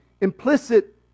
implicit